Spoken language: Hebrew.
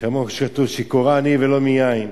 כמו שכתוב: שיכורה אני ולא מיין.